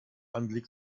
anblick